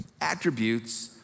attributes